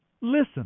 listen